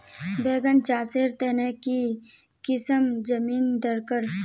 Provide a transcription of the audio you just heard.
बैगन चासेर तने की किसम जमीन डरकर?